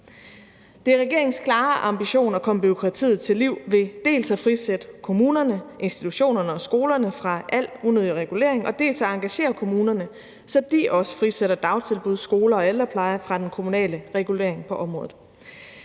Det er regeringens klare ambition at komme bureaukratiet til livs ved dels at frisætte kommunerne, institutionerne og skolerne fra al unødig regulering, dels at engagere kommunerne, så de også frisætter dagtilbud, skoler og ældrepleje fra den kommunale regulering på området.